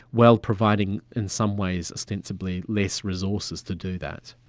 while providing in some ways ostensibly less resources to do that.